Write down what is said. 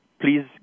please